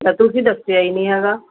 ਲੈ ਤੁਸੀਂ ਦੱਸਿਆ ਹੀ ਨਹੀਂ ਹੈਗਾ